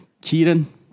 Kieran